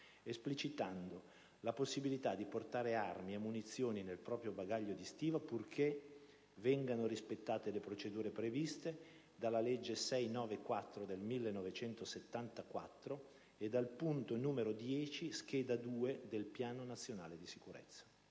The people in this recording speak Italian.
esplicitando la possibilità di portare armi e munizioni nel proprio bagaglio di stiva purché vengano rispettate le procedure previste dalla legge n. 694 del 1974 e dal punto n. 10 - scheda 2 del piano nazionale di sicurezza.